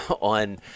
on